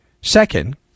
Second